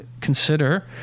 consider